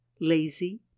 lazy